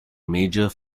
major